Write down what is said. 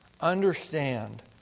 understand